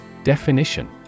Definition